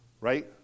Right